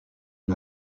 n’a